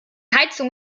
heizung